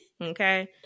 Okay